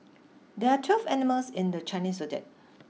there are twelve animals in the Chinese zodiac